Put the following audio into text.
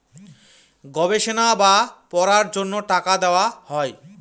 গবেষণা বা পড়ার জন্য টাকা দেওয়া হয়